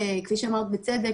כפי שאמרת בצדק,